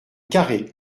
carré